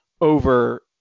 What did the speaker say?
over